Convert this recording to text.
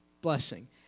blessing